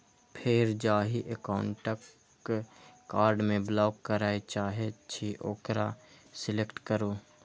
फेर जाहि एकाउंटक कार्ड कें ब्लॉक करय चाहे छी ओकरा सेलेक्ट करू